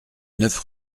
neuf